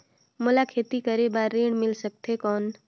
मोला खेती करे बार ऋण मिल सकथे कौन?